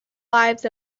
lives